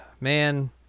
Man